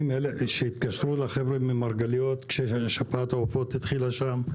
שהתקשרו לחבר'ה ממרגליות כששפעת העופות התחילה שם,